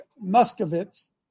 Muscovitz